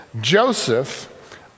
Joseph